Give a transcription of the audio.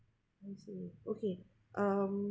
I see okay um